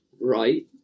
Right